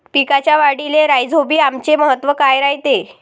पिकाच्या वाढीले राईझोबीआमचे महत्व काय रायते?